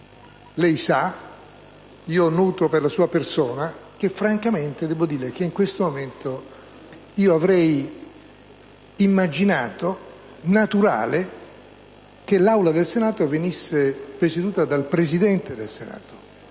lei sa io nutro per la sua persona, che in questo momento avrei immaginato naturale che l'Aula del Senato venisse presieduta dal Presidente del Senato,